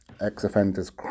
ex-offenders